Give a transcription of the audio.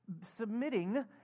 submitting